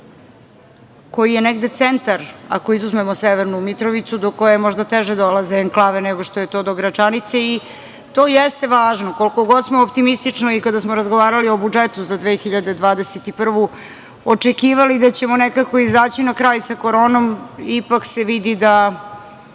koji je negde centar, ako izuzmemo Severnu Mitrovicu, do koje možda teže dolaze enklave nego što je to do Gračanice, i to jeste važno. Koliko god smo optimistično, kada smo razgovarali o budžetu za 2021. godinu, očekivali da ćemo nekako izaći na kraj sa koronom, ipak se vidi da